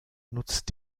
nutzt